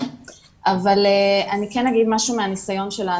אבל אני כן אגיד משהו מהנסיון שלנו,